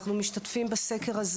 אנחנו משתתפים בסקר הזה